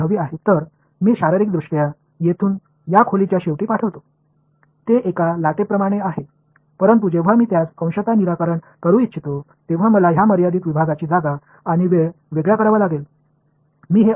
எனவே பிசிக்கல்லி நான் இங்கிருந்து அறையின் கடைசிக்கு அனுப்புகிறேன் அது ஒரு அலை போல செல்கிறது ஆனால் நான் அதை எண்ணாக தீர்க்க விரும்பினால் இந்த வரையறுக்கப்பட்ட பிரிவுகளின் இடத்தையும் நேரத்தையும் வெட்டுவதை நான் தனித்தனியாகப் பார்க்க வேண்டும்